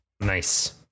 Nice